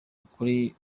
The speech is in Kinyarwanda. kuri